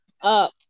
up